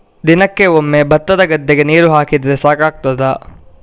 ದಿನಕ್ಕೆ ಒಮ್ಮೆ ಭತ್ತದ ಗದ್ದೆಗೆ ನೀರು ಹಾಕಿದ್ರೆ ಸಾಕಾಗ್ತದ?